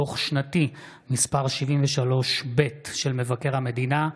דוח שנתי מס' 73ב' של מבקר המדינה,